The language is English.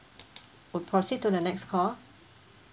we proceed to the next call